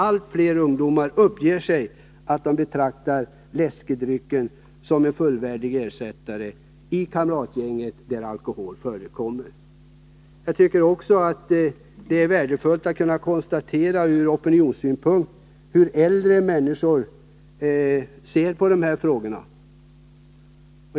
Allt fler ungdomar uppger att de betraktar läskedrycken som en fullvärdig ersättare för alkoholdrycker i kamratgäng där sådana förkommer. Det är också ur opinionsynpunkt värdefullt att konstatera hur äldre människor ser på dessa frågor.